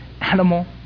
animal